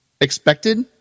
expected